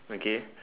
okay